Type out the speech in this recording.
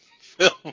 film